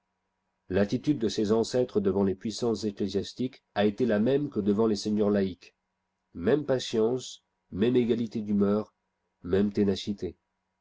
l'attitude de ses ancêtres devant les puissances ecclésiastiques a été la môme que devant les seigneurs laïques môme patience môme égalité d'humeur môme ténacité